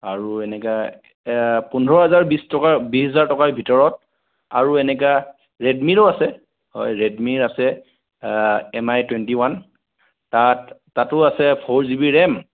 আৰু এনেকুৱা আ পোন্ধৰ হাজাৰ বিশ টকা বিশ হাজাৰ টকাৰ ভিতৰত আৰু এনেকুৱা ৰেডমিৰো আছে ৰেডমিৰ আছে এমআই টুৱেণ্টি ওৱান তাত তাতো আছে ফ'ৰ জিবি ৰেম